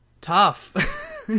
Tough